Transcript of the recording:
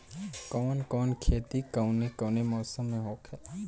कवन कवन खेती कउने कउने मौसम में होखेला?